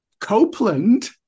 Copeland